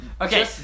Okay